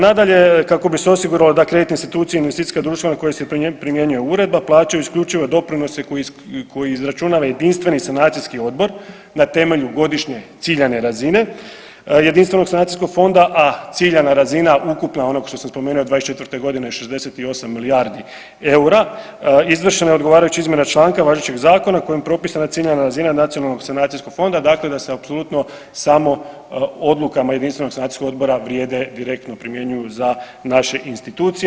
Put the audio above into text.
Nadalje, kako bi se osiguralo da kreditne institucije i investicijska društva na koje se primjenjuje uredba plaćaju isključivo doprinose koje izračunava jedinstveni sanacijski odbor na temelju godišnje ciljane razine jedinstvenog sanacijskog fonda, a ciljana razina ukupna onog što sam spomenu '24. godine 68 milijardi EUR-a izvršena je odgovarajuća izmjena članka važećeg zakona kojim propisana ciljana razina nacionalnog fonda dakle da se apsolutno samo odluka jedinstvenog sanacijskog odbora vrijede direktno primjenjuju za naše institucije.